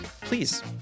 please